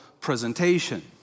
presentation